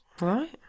Right